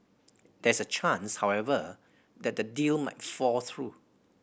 there is a chance however that the deal might fall through